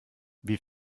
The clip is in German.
wie